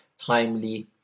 timely